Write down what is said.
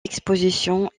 expositions